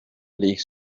league